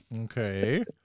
Okay